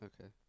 Okay